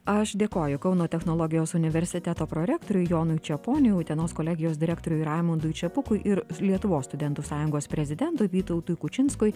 aš dėkoju kauno technologijos universiteto prorektoriui jonui čeponiui utenos kolegijos direktoriui raimundui čepukui ir lietuvos studentų sąjungos prezidentui vytautui kučinskui